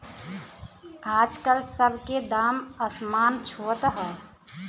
आजकल सब के दाम असमान छुअत हौ